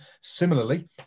Similarly